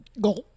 Go